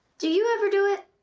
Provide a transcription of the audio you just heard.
do you ever do it?